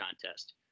Contest